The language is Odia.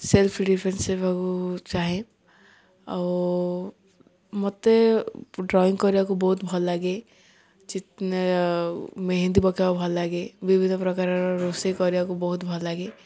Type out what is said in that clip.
ସେଲ୍ଫ ଡିଫେନ୍ସ ହେବାକୁ ଚାହେଁ ଆଉ ମତେ ଡ୍ରଇଂ କରିବାକୁ ବହୁତ ଭଲଲାଗେ ଚିତ ମେହେନ୍ଦି ପକେଇବାକୁ ଭଲ ଲାଗେ ବିଭିନ୍ନ ପ୍ରକାରର ରୋଷେଇ କରିବାକୁ ବହୁତ ଭଲଲାଗେ